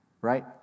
right